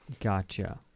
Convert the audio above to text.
Gotcha